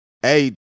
hey